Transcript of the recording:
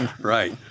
Right